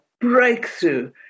breakthrough